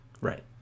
right